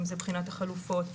אם זה בחינת החלופות,